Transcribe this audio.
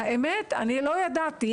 האמת שלא ידעתי,